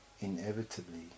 inevitably